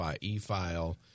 e-file